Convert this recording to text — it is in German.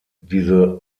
diese